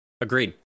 Agreed